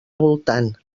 voltant